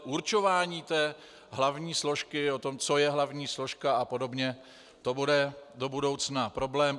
Určování té hlavní složky, o tom, co je hlavní složka a podobně, to bude do budoucna problém.